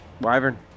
Wyvern